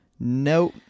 No